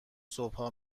صبحها